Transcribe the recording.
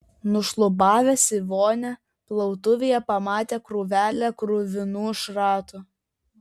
nušlubavęs į vonią plautuvėje pamatė krūvelę kruvinų šratų